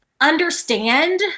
understand